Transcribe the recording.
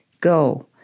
Go